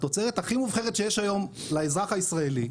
התוצרת הכי מובחרת שיש היום לאזרח הישראלי,